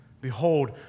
Behold